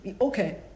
Okay